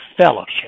fellowship